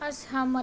असहमत